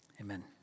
Amen